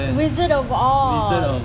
wizard of oz